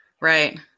right